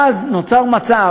מצרה על כך שהחלטה